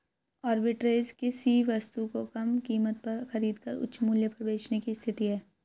arbitrage किसी वस्तु को कम कीमत पर खरीद कर उच्च मूल्य पर बेचने की स्थिति है